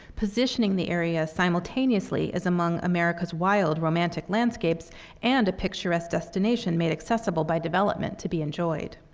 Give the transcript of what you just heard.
positioning the area simultaneously as among america's wild romantic landscapes and a picturesque destination made accessible by development to be enjoyed.